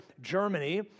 Germany